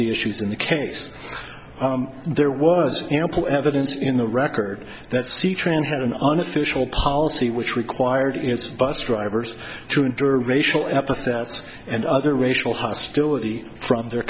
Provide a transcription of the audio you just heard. the issues in the case there was ample evidence in the record that c train had an unofficial policy which required its bus drivers to endure racial epithets and other racial hostility from their